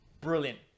brilliant